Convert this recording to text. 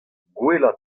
gwellañ